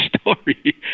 story